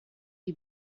die